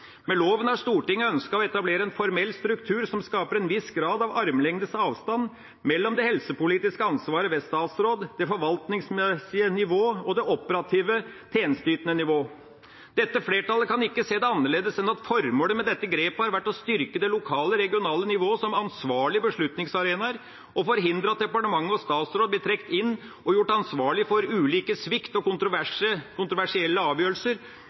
Med loven har Stortinget ønsket å etablere en formell struktur som skaper en viss grad av armlengdes avstand mellom det helsepolitiske ansvar ved statsråd, det forvaltningsmessige nivå og det operative, tjenesteytende nivå. Dette flertallet kan ikke se det annerledes enn at formålet med dette grepet har vært å styrke det lokale, regionale nivå som ansvarlige beslutningsarenaer og forhindre at departement og statsråd blir trukket inn og gjort ansvarlig for ulik svikt og kontroversielle avgjørelser